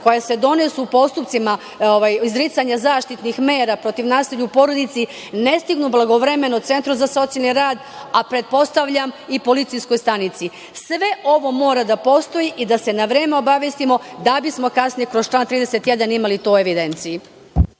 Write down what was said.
koja se donesu u postupcima izricanja zaštitnih mera protiv nasilja u porodici ne stignu blagovremeno Centru za socijalni rad, a pretpostavljam i policijskoj stanici. Sve ovo mora da postoji i da se na vreme obavestimo, da bismo kasnije kroz član 31. imali to u evidenciji.